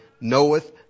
knoweth